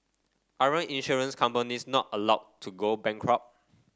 aren't insurance companies not allowed to go bankrupt